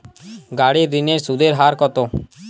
গাড়ির ঋণের সুদের হার কতো?